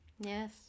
Yes